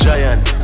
Giant